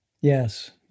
Yes